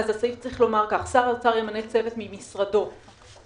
אז הסעיף צריך לומר כך: "שר האוצר ימנה צוות ממשרדו שיבחן”